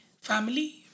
family